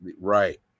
right